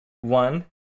one